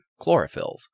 Chlorophylls